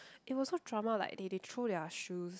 it was so drama like they they throw their shoes